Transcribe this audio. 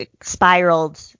spiraled